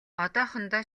одоохондоо